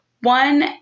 One